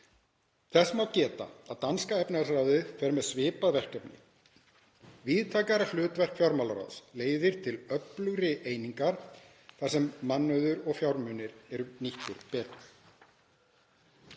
Þess má geta að danska efnahagsráðið fer með svipað verkefni. Víðtækara hlutverk fjármálaráðs leiðir til öflugri einingar þar sem mannauður og fjármunir eru nýttir betur.